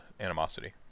Animosity